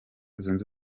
zunze